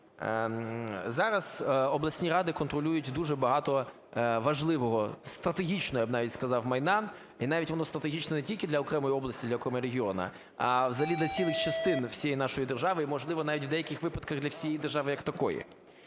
Зараз обласні ради контролюють дуже багато важливого, стратегічного, я б навіть сказав, майна, і навіть воно стратегічне не тільки для окремої області, для окремого регіону, а взагалі для цілих частин всієї нашої держави і, можливо, навіть в деяких випадках для всієї держави як такої.